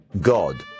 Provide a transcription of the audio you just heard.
God